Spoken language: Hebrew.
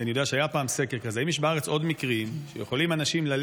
כי אני יודע שהיה פעם סקר כזה, שאנשים יכולים ללכת